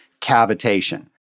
cavitation